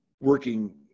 working